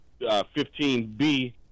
15B